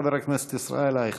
חבר הכנסת ישראל אייכלר.